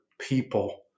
people